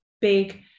big